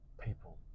People